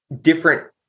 different